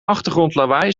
achtergrondlawaai